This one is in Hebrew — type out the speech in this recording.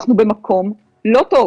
אנחנו במקום לא טוב.